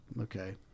Okay